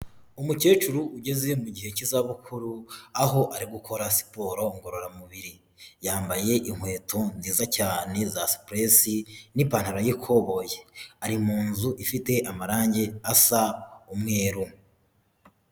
Umukecuru ugeze mu gihe cy'izabukuru, aho ari gukora siporo ngororamubiri. Yambaye inkweto nziza cyane za supuresi, n'ipantaro y'ikoboyi. Ari mu nzu ifite amarange asa umweru.